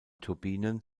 turbinen